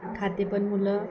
खाते पण मुलं